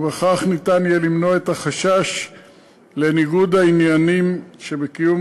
ובכך ניתן יהיה למנוע את החשש לניגוד העניינים שבקיום